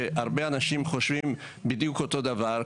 שהרבה אנשים חושבים בדיוק אותו דבר.